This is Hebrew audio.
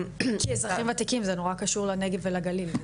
כי אזרחים וותיקים זה נורא קשור לנגב ולגליל,